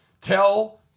tell